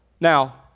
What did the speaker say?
Now